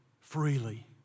freely